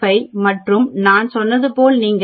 645 மற்றும் நான் சொன்னது போல் நீங்கள் 0